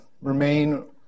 remain